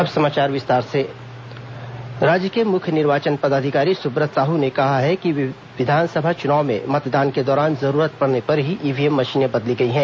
Subrat Sahu EVM राज्य के मुख्य निर्वाचन पदाधिकारी सुव्रत साहू ने कहा है कि विधानसभा चुनाव में मतदान के दौरान जरूरत पड़ने पर ही ईव्हीएम मशीनें बदली गई है